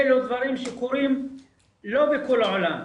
אלה דברים שקורים לא בכל העולם,